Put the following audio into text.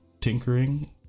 tinkering